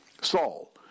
Saul